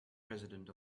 president